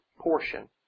portion